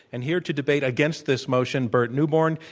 and here to debate against this motion, burt neuborne.